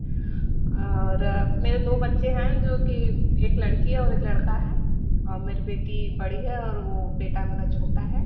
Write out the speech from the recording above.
और मेरे दो बच्चे हैं जो कि एक लड़की है और एक लड़का है मेरी बेटी बड़ी है और वह बेटा मेरा छोटा है